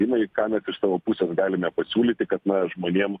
sprendimai ką mes iš savo pusės galime pasiūlyti kad na žmonėm